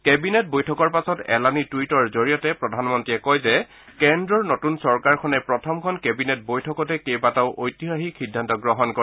cabinet বৈঠকৰ পাছত এলানি টুইটৰ জৰিয়তে প্ৰধানমন্ত্ৰীয়ে কয় যে কেন্দ্ৰৰ নতুন চৰকাৰখনে প্ৰথমখন কেবিনেট বৈঠকতে কেইবাটাও ঐতিহাসিক সিদ্ধান্ত গ্ৰহণ কৰে